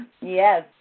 Yes